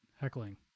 heckling